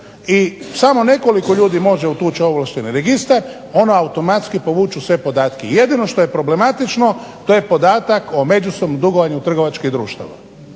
i samo nekolik ljudi može ući u ovlašteni registar, ono automatski povuče sve podatke. Jedino što je problematično to je podatak o međusobnom dugovanju trgovačkih društava.